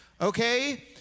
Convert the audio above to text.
okay